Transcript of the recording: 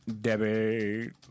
Debbie